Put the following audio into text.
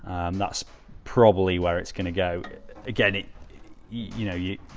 that's probably where it's going to go again. it you know yeah